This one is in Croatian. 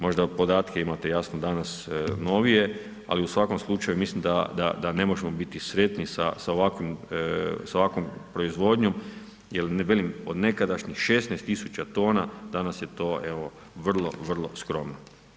Možda podatke imate jasno danas novije ali u svakom slučaju mislim da ne možemo biti sretni sa ovakvom proizvodnjom jer velim od nekadašnjih 16 tisuća tona danas je to evo vrlo, vrlo skromno.